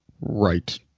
right